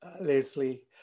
Leslie